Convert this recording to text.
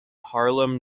harlem